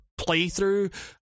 playthrough